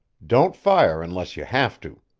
don't fire unless you have to.